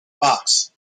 box